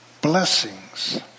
blessings